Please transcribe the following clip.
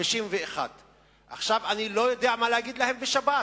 51. עכשיו אני לא יודע מה להגיד להם בשבת: